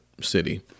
city